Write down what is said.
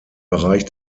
bereich